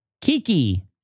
Kiki